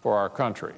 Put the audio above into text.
for our country